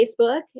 Facebook